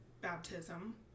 baptism